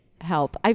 help